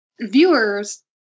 viewers